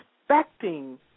expecting